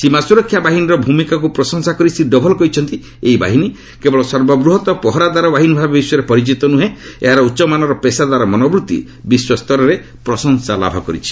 ସୀମା ସୁରକ୍ଷା ବାହିନୀର ଭୂମିକାକୁ ପ୍ରଶଂସା କରି ଶ୍ରୀ ଡୋଭଲ କହିଛନ୍ତି ଏହି ବାହିନୀ କେବଳ ସର୍ବବୃହତ ପହରାଦାର ବାହିନୀ ଭାବେ ବିଶ୍ୱରେ ପରିଚିତ ନୁହଁ ଏହାର ଉଚ୍ଚମାନର ପେସାଦାର ମନୋବୃଭି ବିଶ୍ୱସ୍ତରରେ ପ୍ରଶଂସା ଲାଭ କରିଛି